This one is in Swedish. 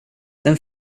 den